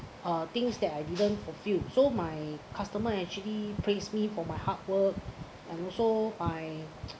uh things that I didn't fulfill so my customer actually praise me for my hard work and also my